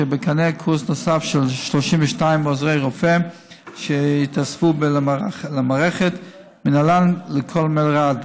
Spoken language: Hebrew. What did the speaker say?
ובקנה קורס נוסף של 32 עוזרי רופא שיתווספו למערכת ומינהלן לכל מלר"ד.